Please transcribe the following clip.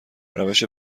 روش